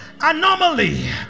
anomaly